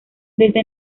desde